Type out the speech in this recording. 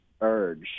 urge